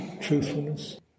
truthfulness